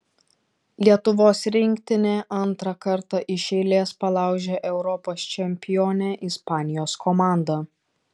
lietuvos rinktinė antrą kartą iš eilės palaužė europos čempionę ispanijos komandą